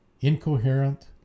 incoherent